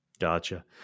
Gotcha